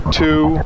two